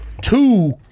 two